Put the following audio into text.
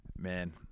Man